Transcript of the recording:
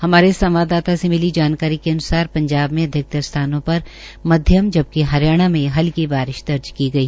हमारे संवाददाता से मिली जानकारी के अन्सार पंजाब में अधिकतर स्थानों पर मध्यम जबकि हरियाणा में हल्की बारिश दर्ज की गई